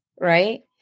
Right